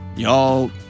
Y'all